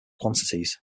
quantities